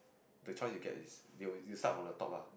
the choice you get is you you start from the top ah